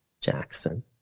Jackson